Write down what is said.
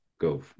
go